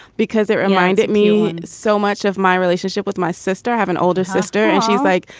because it reminded me and so much of my relationship with my sister. i have an older sister and she's like,